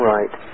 Right